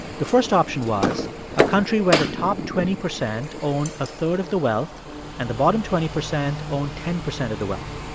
the first option was a country where the top twenty percent own a third of the wealth and the bottom twenty percent own ten percent of the wealth.